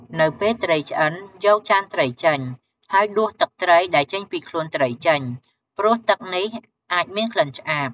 នៅពេលត្រីឆ្អិន យកចានត្រីចេញ ហើយ ដួសទឹកត្រីដែលចេញពីខ្លួនត្រីចេញ ព្រោះទឹកនេះអាចមានក្លិនឆ្អាប។